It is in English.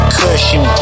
cushion